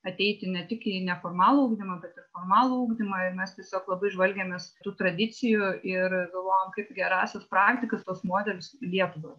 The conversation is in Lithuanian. ateiti ne tik į neformalų ugdymą bet ir formalų ugdymą ir mes tiesiog labai žvalgėmės tų tradicijų ir galvojom kaip gerąsias praktikas tuos modelius į lietuvą